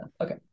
okay